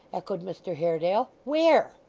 echoed mr haredale. where?